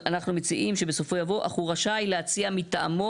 אנחנו מציעים שבסופו יבוא "אך הוא רשאי להציע מטעמו